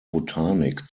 botanik